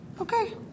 Okay